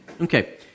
Okay